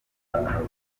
arahava